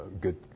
good